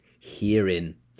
Herein